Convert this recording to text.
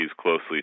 closely